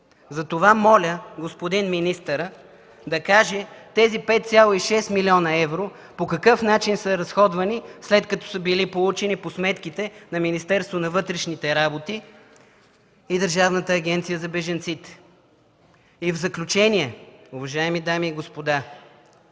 Затова моля господин министърът да каже тези 5,6 млн. евро по какъв начин са разходвани, след като са били получени по сметките на Министерството на вътрешните работи и Държавната агенция за бежанците. В заключение, уважаеми дами и господа,